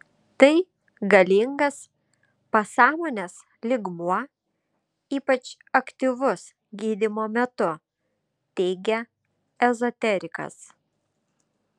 tai galingas pasąmonės lygmuo ypač aktyvus gydymo metu teigia ezoterikas